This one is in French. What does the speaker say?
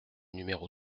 numéro